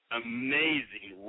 amazing